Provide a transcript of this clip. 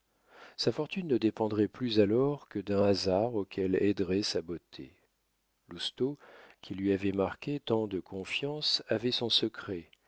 sa fortune ne dépendrait plus alors que d'un hasard auquel aiderait sa beauté lousteau qui lui avait marqué tant de confiance avait son secret